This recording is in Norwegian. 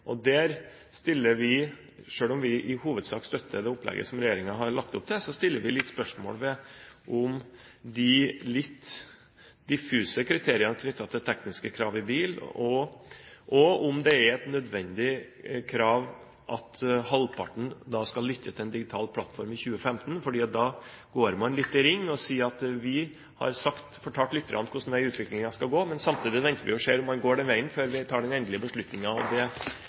og der stiller vi – selv om vi i hovedsak støtter det opplegget som regjeringen har lagt opp til – noen spørsmål ved de litt diffuse kriteriene knyttet til tekniske krav i bil og om det er et nødvendig krav at halvparten skal lytte til en digital plattform i 2015. For da går man litt i ring og sier at man har fortalt lytterne hvilken vei utviklingen skal gå, men samtidig venter man og ser om de går den veien før man tar den endelige